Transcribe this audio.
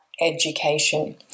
education